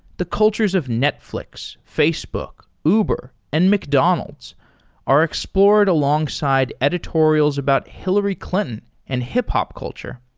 the cultures of netflix, facebook, uber and mcdonald's are explored alongside editorials about hillary clinton and hip-hop culture.